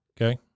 Okay